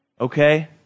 Okay